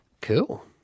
Cool